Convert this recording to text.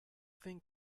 thing